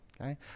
okay